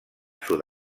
sud